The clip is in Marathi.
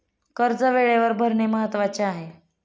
कर्ज वेळेवर भरणे महत्वाचे आहे